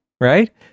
Right